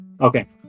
Okay